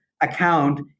account